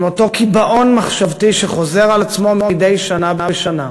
עם אותו קיבעון מחשבתי שחוזר על עצמו מדי שנה בשנה,